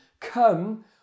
Come